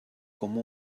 com